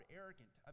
arrogant